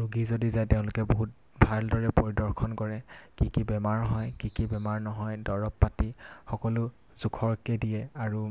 ৰোগী যদি যায় তেওঁলোকে বহুত ভালদৰে পৰিদৰ্শন কৰে কি কি বেমাৰ হয় কি কি বেমাৰ নহয় দৰৱ পাতি সকলো জোখৰকৈ দিয়ে আৰু